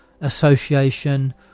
association